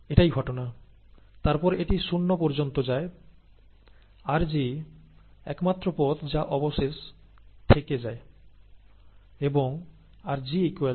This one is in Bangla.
এটাই ঘটনা তারপর এটি শূন্য পর্যন্ত যায় আরজি একমাত্র পথ যা অবশেষ থেকে যায় এবং rg dmdt